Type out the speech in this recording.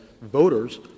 voters